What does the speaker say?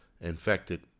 infected